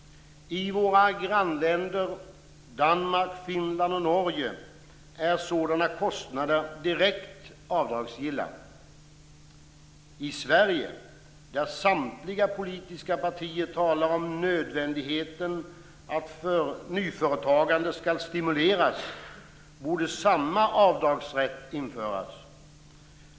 I våra grannländer Danmark, Finland och Norge är sådana kostnader direkt avdragsgilla. I Sverige, där samtliga politiska partier talar om nödvändigheten av att nyföretagande stimuleras, borde samma avdragsrätt införas.